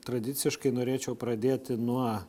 tradiciškai norėčiau pradėti nuo